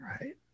right